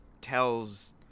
tells